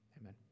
Amen